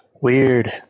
Weird